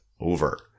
over